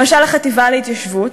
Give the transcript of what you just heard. למשל החטיבה להתיישבות,